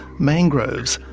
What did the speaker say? mangroves,